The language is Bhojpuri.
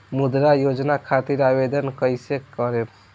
मुद्रा योजना खातिर आवेदन कईसे करेम?